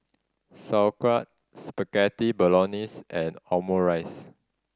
Sauerkraut Spaghetti Bolognese and Omurice